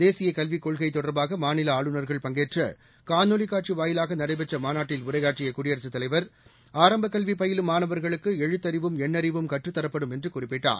தேசிய கல்விக் கொள்கை தொடர்பாக மாநில ஆளுநர்கள் பங்கேற்ற காணொலி காட்சி வாயிலாக நடைபெற்ற மாநாட்டில் உரையாற்றிய குடியரசுத் தலைவர் ஆரம்ப கல்வி பயிலும் மாணவர்களுக்கு எழுத்தறியும் எண்ணறிவும் கற்றுத்தரப்படும் என்று குறிப்பிட்டார்